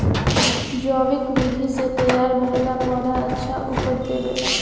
जैविक विधि से तैयार भईल पौधा अच्छा उपज देबेला